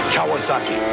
Kawasaki